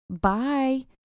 bye